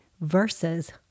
versus